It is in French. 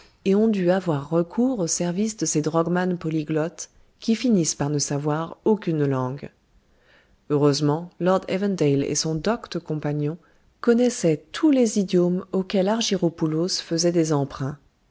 et ont dû avoir recours aux services de ces drogmans polyglottes qui finissent par ne savoir aucune langue heureusement lord evandale et son docte compagnon connaissaient tous les idiomes auxquels argyropoulos faisait des emprunts